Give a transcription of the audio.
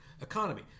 economy